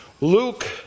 Luke